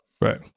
Right